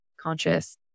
conscious